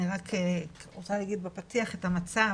אני רק רוצה להגיד בפתיח את המצב,